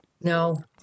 No